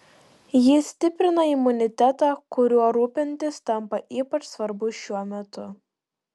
ji stiprina imunitetą kuriuo rūpintis tampa ypač svarbu šiuo metu